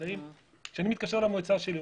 כשאני מתקשר למועצה שלי,